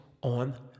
on